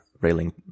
railing